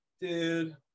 dude